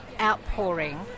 outpouring